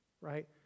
Right